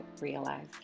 realize